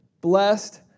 blessed